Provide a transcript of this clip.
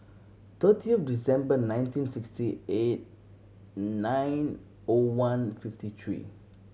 thirtieth December nineteen sixty eight nine O one fifty three